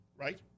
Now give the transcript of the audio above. right